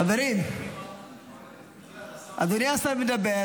חברים, אדוני השר מדבר.